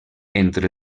entre